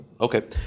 okay